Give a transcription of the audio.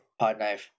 Podknife